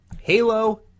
Halo